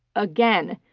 again,